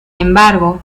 embargo